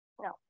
No